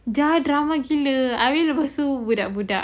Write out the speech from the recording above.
jahat ramai gila habis lepas tu budak-budak